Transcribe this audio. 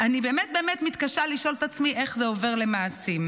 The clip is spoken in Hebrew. אני באמת באמת מתקשה לשאול את עצמי איך זה עובר למעשים.